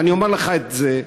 ואני אומר לך את זה,